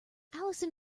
allison